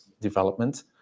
development